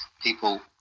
people